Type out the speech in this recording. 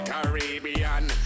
Caribbean